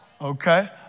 Okay